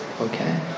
Okay